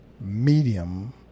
medium